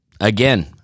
again